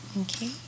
Okay